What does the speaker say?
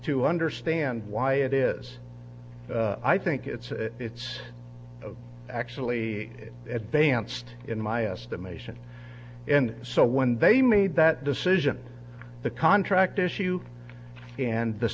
to understand why it is i think it's it's actually at banstead in my estimation and so when they made that decision the contract issue and the